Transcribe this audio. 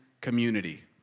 community